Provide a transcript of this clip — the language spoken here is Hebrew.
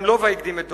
גם לובה הקדים את דורו,